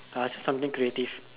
I would choose something creative